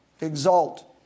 exalt